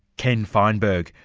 ken feinberg,